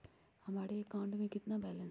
हमारे अकाउंट में कितना बैलेंस है?